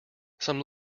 some